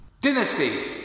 Dynasty